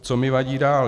Co mi vadí dál.